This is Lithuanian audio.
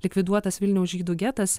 likviduotas vilniaus žydų getas